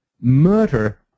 murder